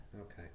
Okay